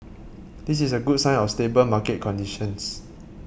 this is a good sign of stable market conditions